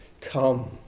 Come